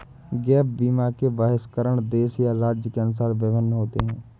gap बीमा के बहिष्करण देश या राज्य के अनुसार भिन्न होते हैं